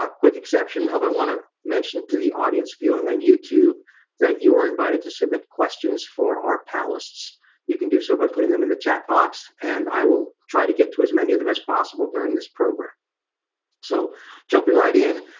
ah quick exception of i want to mention to the audience viewing on youtube that you are invited to submit questions for our panelists you can do so by putting them in the chat box and i will try to get to as many of them as possible during this program so jumping right in